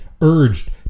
urged